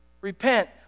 Repent